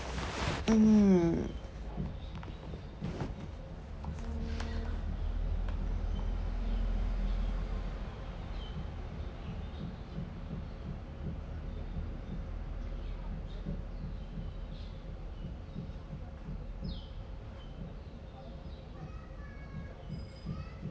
mm